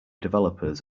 developers